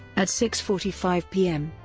at six forty five p m.